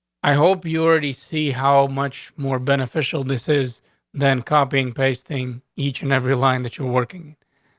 i hope you already see how much more beneficial this is than copying pasting each and every line that you're working.